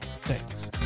Thanks